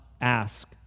ask